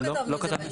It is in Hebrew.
על אף